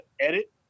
edit